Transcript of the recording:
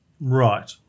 Right